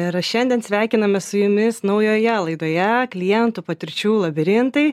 ir šiandien sveikinamės su jumis naujoje laidoje klientų patirčių labirintai